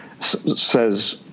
says